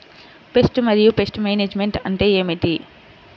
Pest మరియు pest management అంటే ఏమిటి?